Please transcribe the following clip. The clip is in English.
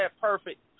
perfect